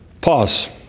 Pause